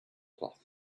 cloth